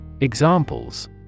Examples